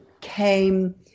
came